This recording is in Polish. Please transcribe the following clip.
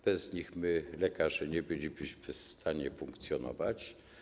Bez nich my, lekarze, nie bylibyśmy w stanie funkcjonować.